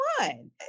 one